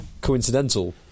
coincidental